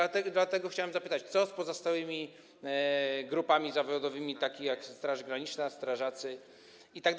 A więc dlatego chciałem zapytać: Co z pozostałymi grupami zawodowymi, takimi jak straż graniczna, strażacy i inne?